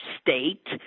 State